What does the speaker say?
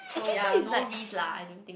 so yea no risk lah I don't think